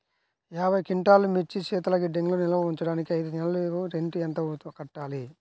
యాభై క్వింటాల్లు మిర్చి శీతల గిడ్డంగిలో నిల్వ ఉంచటానికి ఐదు నెలలకి ఎంత రెంట్ కట్టాలి?